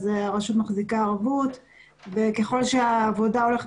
הרשות מחזיקה ערבות וככל שהעבודה הולכת